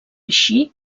així